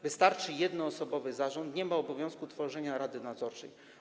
Wystarczy jednoosobowy zarząd, nie ma obowiązku tworzenia rady nadzorczej.